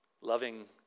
Loving